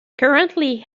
currently